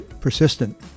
persistent